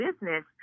business